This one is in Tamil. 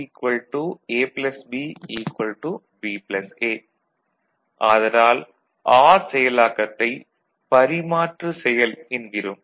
Y A B B A ஆதலால் ஆர் செயலாக்கத்தைப் பரிமாற்று செயல் என்கிறோம்